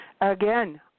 Again